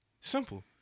Simple